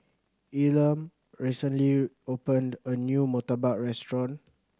Elam recently opened a new murtabak restaurant